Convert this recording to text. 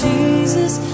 Jesus